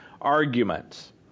arguments